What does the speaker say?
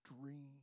dream